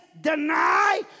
deny